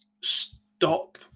stop